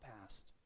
past